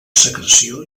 secreció